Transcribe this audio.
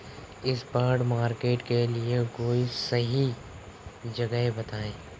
spot market के लिए कोई सही जगह बताएं